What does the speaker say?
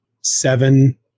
seven